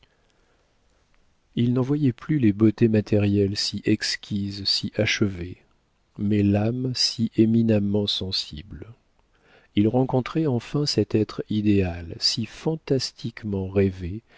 il n'en voyait plus les beautés matérielles si exquises si achevées mais l'âme si éminemment sensible il rencontrait enfin cet être idéal si fantastiquement rêvé